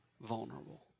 vulnerable